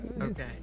Okay